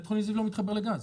בית חולים זיו לא מתחבר לגז.